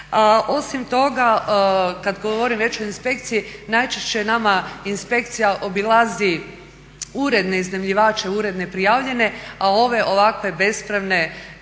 Osim toga kad govorim već o inspekciji najčešće nama inspekcija obilazi uredne iznajmljivače, uredne prijavljene, a ove ovakve bespravne